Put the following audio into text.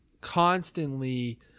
constantly